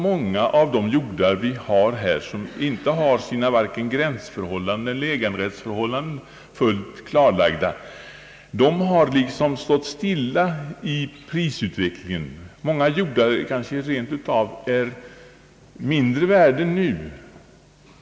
Många av de jordar det ofta rör sig om har varken gränsförhållandena eller äganderättsförhållandena fullt klarlag da. De har därtill liksom stått stilla i prisutvecklingen. Många jordar har kanske rent av mindre värde nu.